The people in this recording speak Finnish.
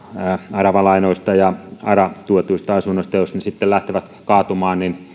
aravalainoista ja ara tuetuista asunnoista jos ne sitten lähtevät kaatumaan niin